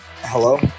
Hello